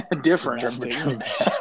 difference